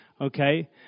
Okay